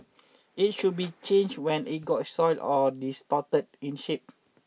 it should be changed when it gets soiled or distorted in shape